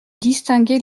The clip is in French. distinguer